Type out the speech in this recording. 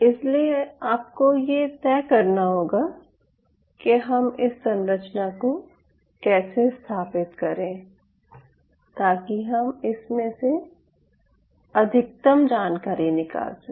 इसलिए आपको ये तय करना होगा कि हम इस संरचना को कैसे स्थापित करें ताकि हम इसमें से अधिकतम जानकारी निकाल सकें